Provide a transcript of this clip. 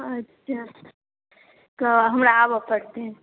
अच्छा तऽ हमरा आबऽ पड़तै